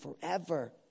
forever